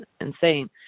insane